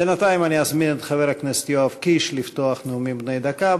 בינתיים אני אזמין את חבר הכנסת יואב קיש לפתוח את הנאומים בני דקה.